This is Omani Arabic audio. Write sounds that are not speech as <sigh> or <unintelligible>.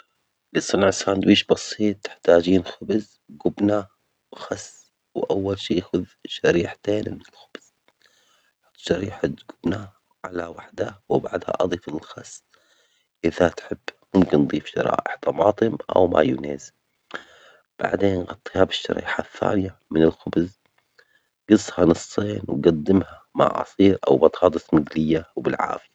لصنع ساندوتش بسيط، تحتاجين خبز وجبنة وخس، أول شيء ناخذ شريحتين من الخبز، شريحة جبنة على واحدة، وبعدها اضف الخس إذا تحب، ممكن تضيف شرائح طماطم أو مايونيز، وبعدين حطي الشريحة الثانية من الخبز، قصيها نصين وقدميها مع عصير أو <unintelligible> وبالعافية.